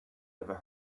never